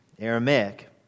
Aramaic